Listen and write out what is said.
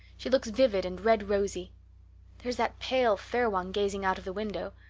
she looks vivid and red-rosy there's that pale, fair one gazing out of the window.